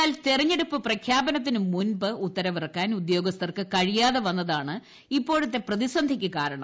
എന്നാൽ തിരഞ്ഞെടുപ്പു പ്രഖ്യാപനത്തിനുമുമ്പ് ഉത്തരവിറക്കാൻ ഉദ്യോഗസ്ഥർക്ക് കഴിയാതെ വന്നതാണ് ഇപ്പോഴത്തെ പ്രതിസന്ധിക്ക് കാരണം